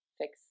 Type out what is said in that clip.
fix